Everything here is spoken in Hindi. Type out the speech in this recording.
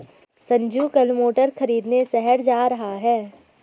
संजू कल मोटर खरीदने शहर जा रहा है